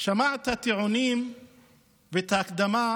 שמע את הטיעונים ואת ההקדמה